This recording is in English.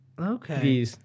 Okay